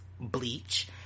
bleach